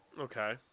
Okay